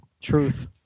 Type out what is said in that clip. Truth